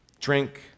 drink